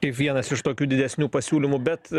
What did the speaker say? kaip vienas iš tokių didesnių pasiūlymų bet